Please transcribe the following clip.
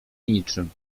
niczym